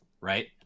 right